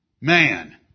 Man